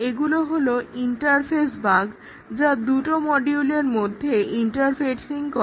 এগুলো হলো interface bug যা দুটো মডিউলের মধ্যে ইন্টারফেসিং করে